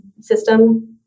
system